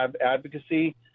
advocacy